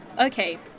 Okay